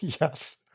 Yes